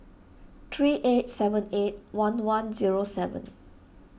three eight seven eight one one zero seven